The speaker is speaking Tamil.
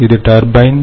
இது டர்பைன்